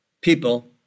people